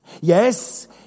Yes